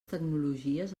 tecnologies